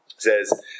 says